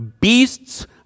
beasts